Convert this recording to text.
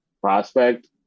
prospect